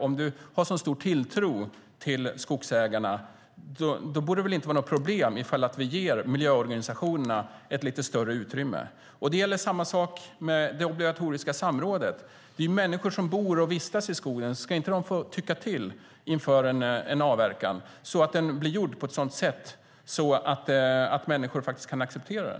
Om du har så stor tilltro till skogsägarna borde det inte vara något problem om vi ger miljöorganisationerna lite större utrymme, Johan Hultberg. Samma sak gäller det obligatoriska samrådet. Det är människor som bor och vistas i skogen. Ska inte de få tycka till inför en avverkning så att den blir gjort på ett sådant sätt att människor faktiskt kan acceptera den?